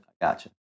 Gotcha